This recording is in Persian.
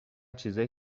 چیزای